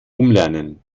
umlernen